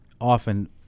often